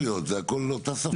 זה הכל אותה שפה.